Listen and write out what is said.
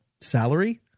salary